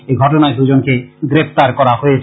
এই ঘটনায় দুজনকে গ্রেপ্তার করা হয়েছে